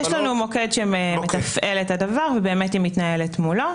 יש לנו מוקד שמתפעל את זה והיא מתנהלת מולו.